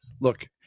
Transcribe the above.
Look